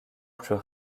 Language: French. plus